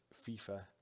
FIFA